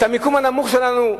המיקום הנמוך שלנו,